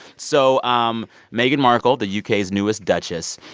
so um meghan markle, the u k s newest duchess,